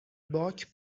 باک